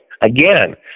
Again